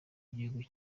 igihugu